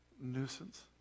nuisance